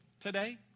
today